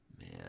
man